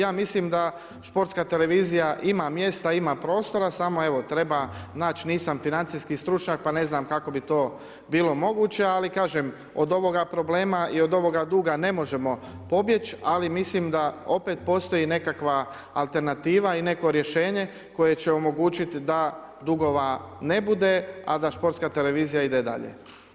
Ja mislim da Športska televizija ima mjesta, ima prostora, samo evo, treba naći, nisam financijski stručnjak, pa ne znam kako bi to bilo moguće, ali kažem, od ovoga problema i od ovoga duga, ne možemo pobjeći, ali mislim da opet postoji nekakva alternativa i neko rješenje, koje će omogućiti da dugova ne bude, a da Športska televizija ide dalje.